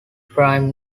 prime